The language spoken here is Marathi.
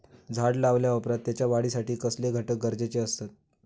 झाड लायल्या ओप्रात त्याच्या वाढीसाठी कसले घटक गरजेचे असत?